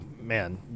man